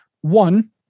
One